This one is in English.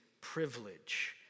privilege